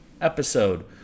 episode